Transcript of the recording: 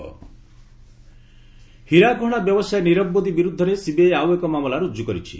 CBI Nirav Modi ହୀରା ଗହଣା ବ୍ୟବସାୟୀ ନିରବ ମୋଦି ବିରୁଦ୍ଧରେ ସିବିଆଇ ଆଉ ଏକ ମାମଲା ରୁଜୁ କରିଛି